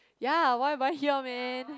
ya why am I here man